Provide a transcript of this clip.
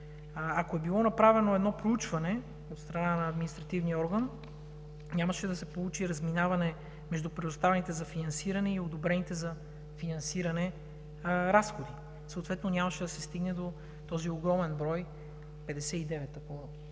Ако е било направено едно проучване от страна на административния орган, нямаше да се получи разминаване между предоставените и одобрените за финансиране разходи. Съответно нямаше да се стигне до този огромен брой – 59, ако